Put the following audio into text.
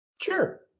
Sure